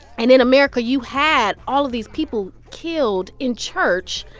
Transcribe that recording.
and in america, you had all of these people killed in church,